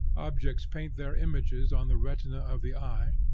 objects paint their images on the retina of the eye,